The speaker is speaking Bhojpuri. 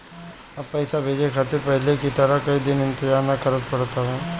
अब पइसा भेजे खातिर पहले की तरह कई दिन इंतजार ना करेके पड़त हवे